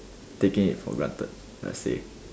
taking it for granted let's say